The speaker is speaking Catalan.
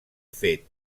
fet